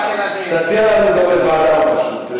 תציע לנו גם לוועדה או משהו.